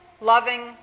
Loving